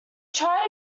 tried